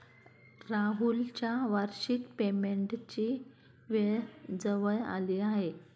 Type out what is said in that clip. राहुलच्या वार्षिक पेमेंटची वेळ जवळ आली आहे